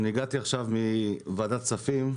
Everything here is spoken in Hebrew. הגעתי עכשיו מוועדת כספים,